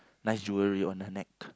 nice jewellery on her neck